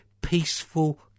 peaceful